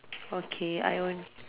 okay I on~